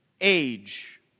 age